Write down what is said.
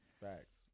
Facts